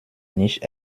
nicht